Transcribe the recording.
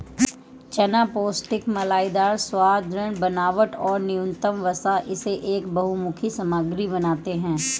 चना पौष्टिक मलाईदार स्वाद, दृढ़ बनावट और न्यूनतम वसा इसे एक बहुमुखी सामग्री बनाते है